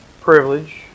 privilege